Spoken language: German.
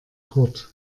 kurt